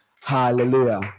Hallelujah